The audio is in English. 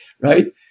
Right